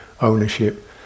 ownership